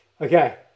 Okay